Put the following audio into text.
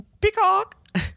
peacock